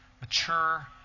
mature